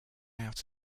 out